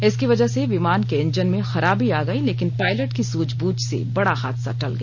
इसकी वजह से विमान के इंजन में खराबी आ गयी लेकिन पायलट की सूझबूझ से बड़ा हादसा टल गया